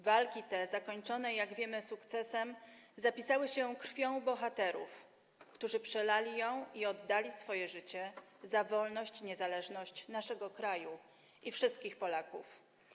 Walki te zakończone, jak wiemy sukcesem, zapisały się krwią bohaterów, którzy przelali ją i oddali swoje życie za wolność i niezależność naszego kraju i wszystkich Polaków.